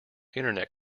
internet